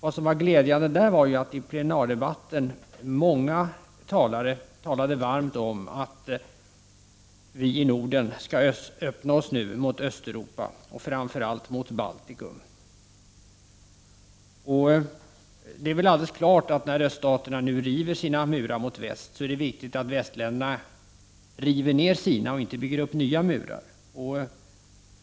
Vad som var glädjande var att många i plenardebatten talade varmt om att vi i Norden nu skall öppna oss mot Östeuropa och framför allt mot Baltikum. Det är alldeles klart att det, när öststaterna nu river sina murar mot väst, är viktigt att västländerna också river sina murar och inte bygger upp nya.